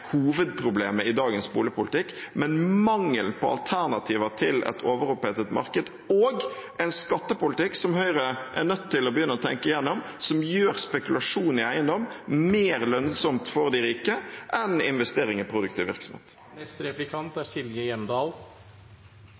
hovedproblemet i dagens boligpolitikk, men mangel på alternativer til et overopphetet marked og en skattepolitikk som Høyre er nødt til å begynne å tenke gjennom, som gjør spekulasjon i eiendom mer lønnsomt for de rike enn investeringer i produktiv virksomhet. Som representanten fra SV er